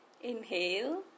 Inhale